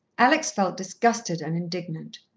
alex felt disgusted and indignant.